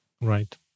Right